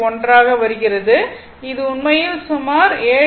1 ஆக வருகிறது இது உண்மையில் சுமார் 7